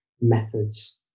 methods